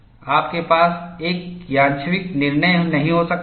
आपके पास एक यादृच्छिक निर्णय नहीं हो सकता है